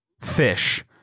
fish